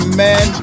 man